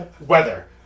weather